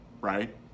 right